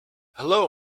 hello